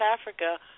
Africa